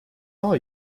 are